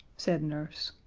said nurse,